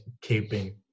keeping